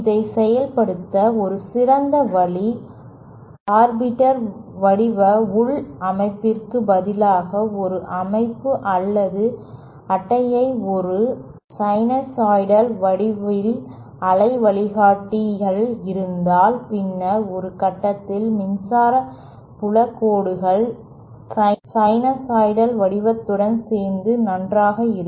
இதை செயல்படுத்த ஒரு சிறந்த வழி ஆர்பிட்டரி வடிவ உள் அமைப்பிற்கு பதிலாக ஒரு அமைப்பு அல்லது அட்டையை ஒரு சைனூசாய்டல் வடிவிலான அலை வழிகாட்டியில் இருந்தால் பின்னர் ஒரு கட்டத்தில் மின்சார புல கோடுகள் சைனூசாய்டல் வடிவத்துடன் சார்ந்து நன்றாக இருக்கும்